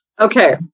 Okay